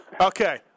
Okay